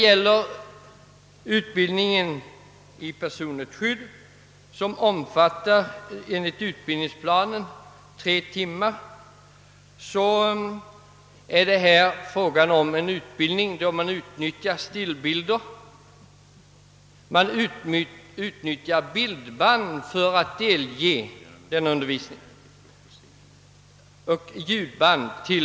I utbildningen i personligt skydd, som enligt utbildningsplanen omfattar fyra timmar, utnyttjar man bildband med tillhörande ljudband.